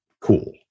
cool